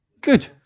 Good